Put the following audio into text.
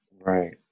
Right